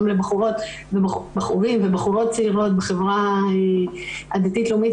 גם לבחורים ובחורות צעירות בחברה הדתית לאומית